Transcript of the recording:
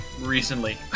recently